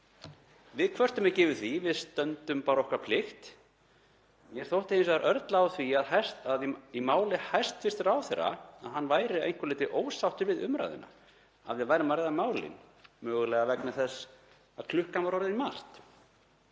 Við kvörtum ekki yfir því, við stöndum bara okkar plikt. Mér þótti hins vegar örla á því í máli hæstv. ráðherra að hann væri að einhverju leyti ósáttur við umræðuna, að við værum að ræða málin, mögulega vegna þess að klukkan var orðin margt.